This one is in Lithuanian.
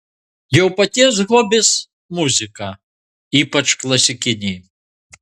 jo paties hobis muzika ypač klasikinė